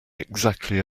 exactly